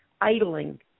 idling